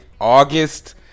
august